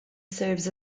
serves